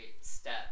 step